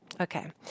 Okay